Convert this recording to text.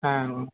হ্যাঁ